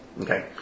Okay